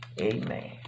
Amen